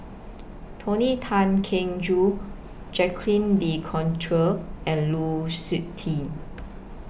Tony Tan Keng Joo Jacques De Coutre and Lu Suitin